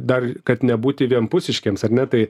dar kad nebūti vienpusiškiems ar ne tai